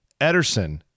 Ederson